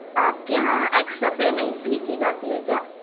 آپ کے یہاں اکسٹرا پیمنٹ بھی کی جاتی ہے کیا